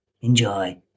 Enjoy